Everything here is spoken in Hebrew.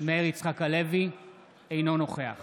אינו נוכח